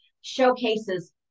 showcases